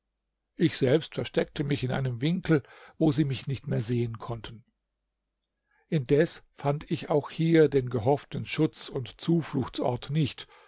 ich selbst versteckte mich in einem winkel wo sie mich nicht mehr sehen konnten indes fand ich auch hier den gehofften schutz und zufluchtsort nicht